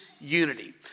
unity